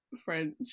French